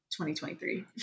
2023